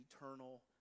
eternal